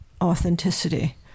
authenticity